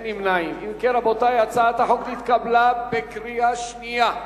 כן, רבותי, הצעת החוק נתקבלה בקריאה שנייה.